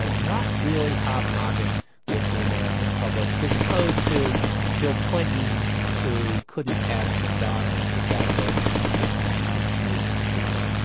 ah not really hobnobbing with the american public. as opposed to bill clinton who couldn't pass a macdonald's without going in for a big mac and schmoozing with people.